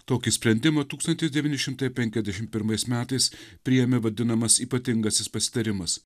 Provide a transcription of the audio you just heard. tokį sprendimą tūkstantis devyni šimtai penkiasdešim pirmais metais priėmė vadinamas ypatingasis pasitarimas